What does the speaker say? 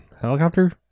Helicopter